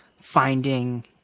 finding